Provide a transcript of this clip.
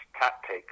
tactics